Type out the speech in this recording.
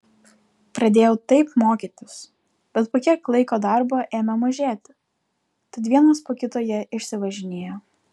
pradėjau taip mokytis bet po kiek laiko darbo ėmė mažėti tad vienas po kito jie išsivažinėjo